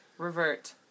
Revert